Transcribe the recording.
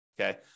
Okay